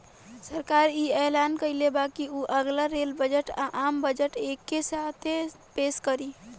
सरकार इ ऐलान कइले बा की उ अगला रेल बजट आ, आम बजट एके साथे पेस करी